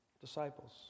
disciples